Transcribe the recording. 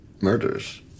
Murders